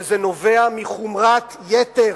וזה נובע מחומרת יתר,